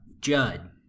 Judd